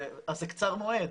אז זה קצר מועד.